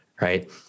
right